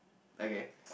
okay